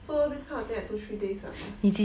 so this kind of thing at two three days you must see